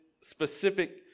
specific